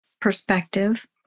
perspective